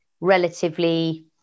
relatively